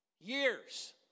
Years